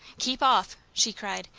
keep off! she cried.